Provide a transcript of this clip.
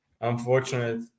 unfortunate